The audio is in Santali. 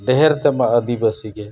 ᱰᱷᱮᱨ ᱛᱮᱢᱟ ᱟᱹᱫᱤᱵᱟᱹᱥᱤ ᱜᱮ